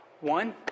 One